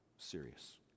serious